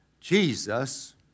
Jesus